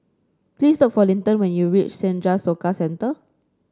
please look for Linton when you reach Senja Soka Centre